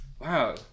wow